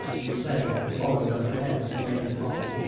and sale followed at the head of the main column.